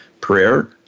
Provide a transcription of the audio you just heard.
prayer